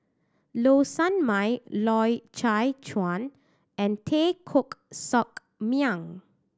Low Sanmay Loy Chye Chuan and Teo Koh Sock Miang